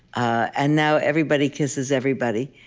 and now everybody kisses everybody.